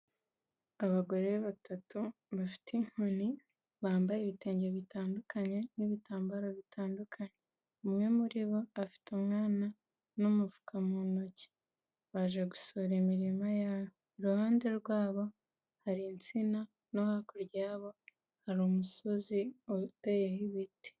Abagore batatu bafite inkoni bambaye ibitenge bitandukanye n'ibitambaro bitandukanye, umwe muri bo afite umwana n'umufuka mu ntoki, baje gusura imirima yabo, iruhande rwabo hari insina no hakurya yabo hari umusozi uteyeho ibiti.